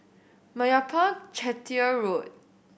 Meyappa Chettiar Road